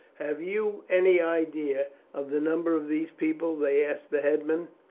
have you any idea of the number of these people? they asked the headman.